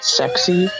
sexy